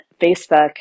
Facebook